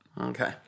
Okay